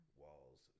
walls